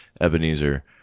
Ebenezer